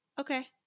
Okay